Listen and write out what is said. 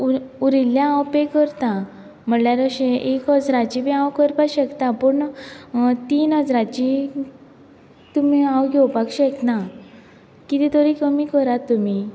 उर उरिल्लें हांव पे करता म्हणल्यार अशें एक हजराचे बीन हांव करपाक शकतां पूण तीन हजराची तुमी हांव घेवपाक शकना कितें तरी कमी करात तुमी